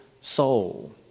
soul